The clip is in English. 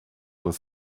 were